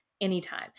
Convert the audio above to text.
anytime